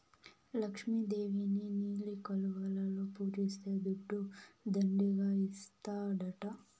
లక్ష్మి దేవిని నీలి కలువలలో పూజిస్తే దుడ్డు దండిగా ఇస్తాడట